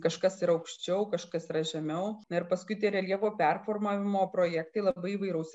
kažkas yra aukščiau kažkas yra žemiau na ir paskui reljefo performavimo projektai labai įvairaus